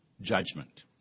judgment